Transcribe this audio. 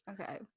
okay